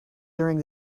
during